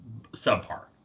subpar